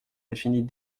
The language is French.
définis